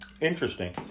Interesting